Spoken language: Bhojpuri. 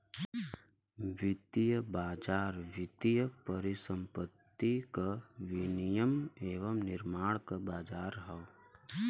वित्तीय बाज़ार वित्तीय परिसंपत्ति क विनियम एवं निर्माण क बाज़ार हौ